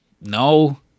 No